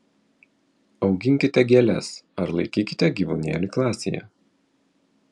auginkite gėles ar laikykite gyvūnėlį klasėje